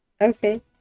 okay